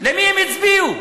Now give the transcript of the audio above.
למי הם הצביעו?